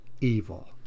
evil